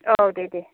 औ दे दे